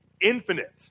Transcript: infinite